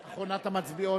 הנכבדה, אדוני המשנה למזכירה,